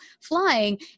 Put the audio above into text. flying